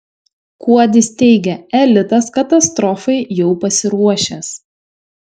kuodis teigia elitas katastrofai jau pasiruošęs